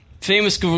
Famous